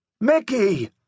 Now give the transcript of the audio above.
Mickey